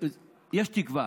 יש תקווה.